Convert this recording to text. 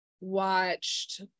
watched